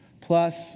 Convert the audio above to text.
Plus